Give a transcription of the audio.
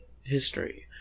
history